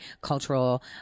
cultural